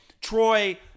Troy